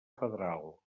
federal